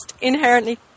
inherently